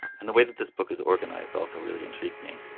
and the way that this book is organized also really intrigued me.